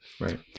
Right